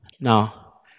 Now